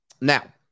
now